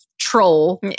troll